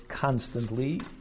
constantly